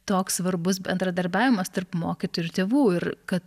toks svarbus bendradarbiavimas tarp mokytojų ir tėvų ir kad